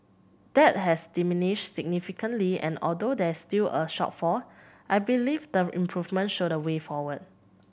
that has diminished significantly and although there is still a shortfall I believe them improvement show the way forward